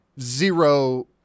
zero